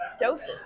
doses